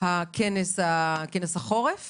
כנס החורף